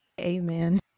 Amen